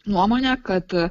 nuomonę kad